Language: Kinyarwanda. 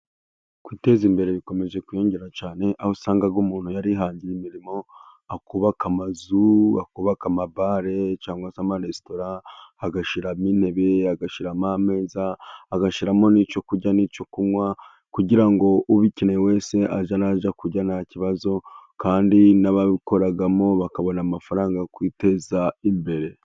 Kwiteza imbere bikomeje kwiyongera cyane, aho usanga umuntu yarihangiye imirimo akubaka amazu, bakubaka amabare cyangwa se amaresitora, agashyiraramo intebe, agashyiraramo ameza, agashyiramo n'icyo kurya n'icyo kunywa, kugira ngo ubikeneye wese ajye ajya kurya nta kibazo, kandi n'ababikoramo bakabona amafaranga yo kwiteza imbere.